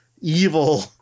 evil